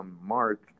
mark